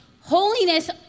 holiness